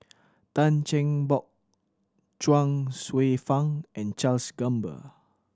Tan Cheng Bock Chuang Hsueh Fang and Charles Gamba